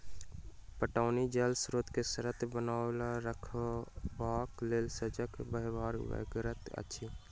पटौनी जल स्रोत के सतत बनओने रखबाक लेल सजग रहबाक बेगरता अछि